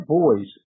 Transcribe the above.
boys